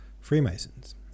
Freemasons